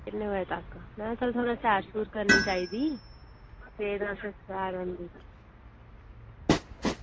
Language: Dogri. किन्ने बजे तक में उत्थै सुनेआ सैर सूर करनी चाहिदी ते फिर अस सैर